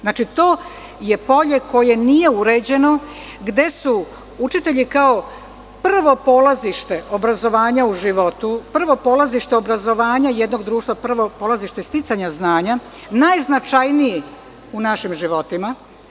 Znači, to je polje koje nije uređeno, gde su učitelji kao prvo polazište obrazovanja u životu, prvo polazište obrazovanja jednog društva, prvo polazište sticanja znanja, najznačajniji u našim životima.